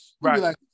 Right